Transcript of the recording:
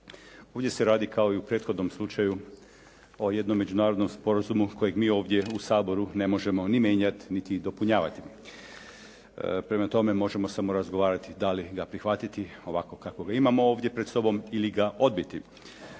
Ovdje se radi kao i u prethodnom slučaju o jednom međunarodnom sporazumu kojeg mi ovdje u Saboru ne možemo ni mijenjati niti dopunjavati. Prema tome, možemo samo razgovarati da li ga prihvatiti ovakvog kakvog ga imamo ovdje pred sobom ili ga odbiti.